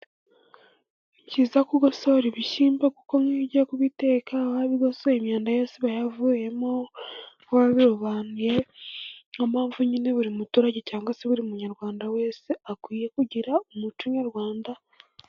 Ni byiza kugosora ibishyimbo kuko nk'iyo ugiye kubiteka warabigosoye, imyanda yose iba yavuyemo wabirobanuye. Niyo mpamvu nyine buri muturage cyangwa se buri munyarwanda wese akwiye kugira umuco nyarwanda.